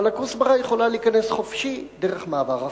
אבל הכוסברה יכולה להיכנס חופשי דרך מעבר רפיח.